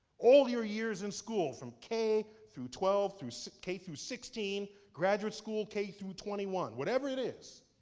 all your years in school, from k through twelve, through, so k through sixteen, graduate school, k through twenty one, whatever it is.